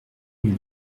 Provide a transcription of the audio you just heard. rue